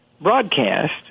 broadcast